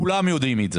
כולם יודעים את זה